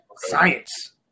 science